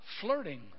flirting